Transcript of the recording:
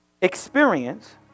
experience